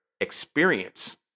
experience